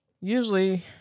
Usually